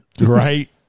Right